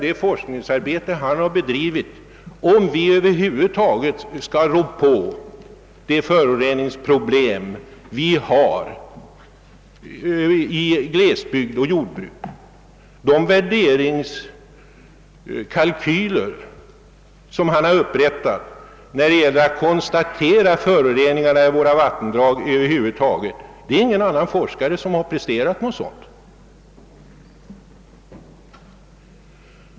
Det forskningsarbete han har bedrivit är av mycket stor betydelse, om vi skall kunna komma till rätta med vattenföroreningsproblemen. De värderingsnormer som han har upprättat för att konstatera föroreningar i våra vattendrag har ingen annan forskare presterat någon motsvarighet till.